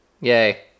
yay